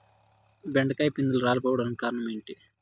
బెండకాయ పిందెలు రాలిపోవడానికి కారణం ఏంటి?